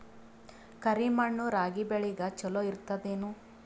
ಕರಿ ಮಣ್ಣು ರಾಗಿ ಬೇಳಿಗ ಚಲೋ ಇರ್ತದ ಏನು?